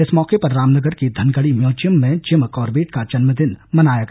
इस मौके पर रामनगर के धनगढ़ी म्यूजियम में जिम कॉर्बेट का जन्मदिन मनाया गया